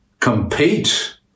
Compete